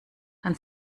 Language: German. kann